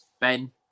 Ben